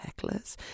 hecklers